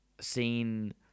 seen